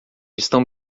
estão